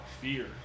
fear